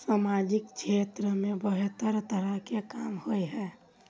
सामाजिक क्षेत्र में बेहतर तरह के काम होय है?